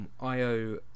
IO